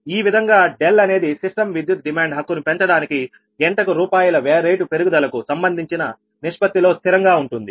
ఈ విధంగా అనేది సిస్టమ్ విద్యుత్ డిమాండ్ హక్కును పెంచడానికి గంటకు రూపాయల వ్యయ రేటు పెరుగుదలకు సంబంధించిన నిష్పత్తిలో స్థిరంగా ఉంటుంది